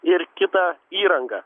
ir kitą įrangą